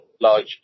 large